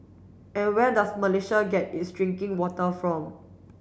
and where does Malaysia get its drinking water from